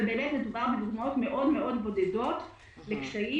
מדובר בדוגמאות בודדות מאוד לקשיים,